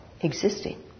existing